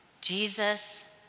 Jesus